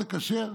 זה כשר?